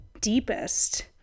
deepest